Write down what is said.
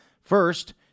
First